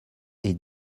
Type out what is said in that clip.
est